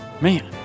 Man